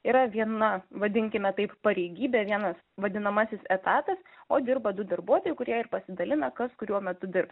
yra viena vadinkime taip pareigybė vienas vadinamasis etatas o dirba du darbuotojai kurie ir pasidalina kažkuriuo metu dirbs